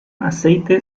aceite